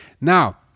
now